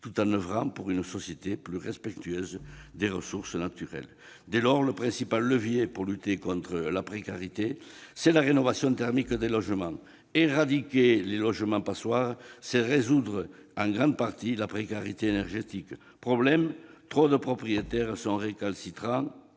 tout en oeuvrant pour une société plus respectueuse des ressources naturelles. Dès lors, le principal levier pour lutter contre la précarité est la rénovation thermique des logements. Éradiquer les logements passoires, c'est résoudre en grande partie la précarité énergétique. Problème : trop de propriétaires sont récalcitrants